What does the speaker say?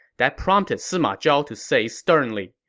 that prompted sima zhao to say sternly,